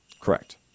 Correct